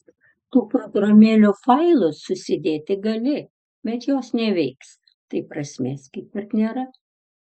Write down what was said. tų programėlių failus susidėti gali bet jos neveiks tai prasmės kaip ir nėra